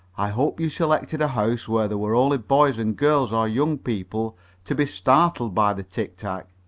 i hope you selected a house where there were only boys and girls or young people to be startled by the tic-tac.